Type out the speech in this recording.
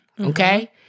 okay